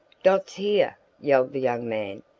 dot's here! yelled the young man,